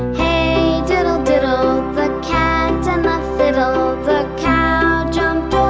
hey, diddle, diddle the cat and the fiddle the cow jumped